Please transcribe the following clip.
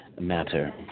Matter